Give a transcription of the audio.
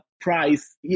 price